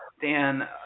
Dan